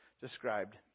described